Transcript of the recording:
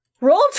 roll